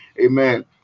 amen